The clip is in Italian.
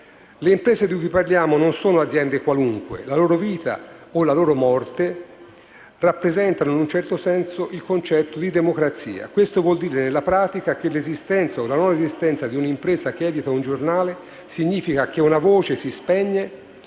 Le imprese di cui parliamo non sono aziende qualunque: la loro vita o la loro morte rappresenta, in un certo senso, il concetto di democrazia. Questo vuol dire, nella pratica, che l'esistenza o la non esistenza di un'impresa che edita un giornale, significa che una voce si spegne